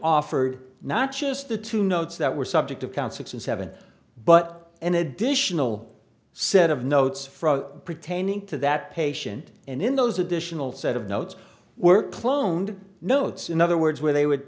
offered not just the two notes that were subject of concerts and seven but an additional set of notes from pertaining to that patient and in those additional set of notes were cloned notes in other words where they would